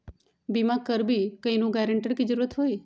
बिमा करबी कैउनो गारंटर की जरूरत होई?